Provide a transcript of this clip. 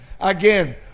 again